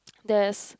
there is